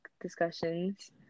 discussions